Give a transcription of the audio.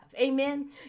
amen